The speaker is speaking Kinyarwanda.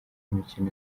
imikino